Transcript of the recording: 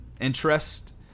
interest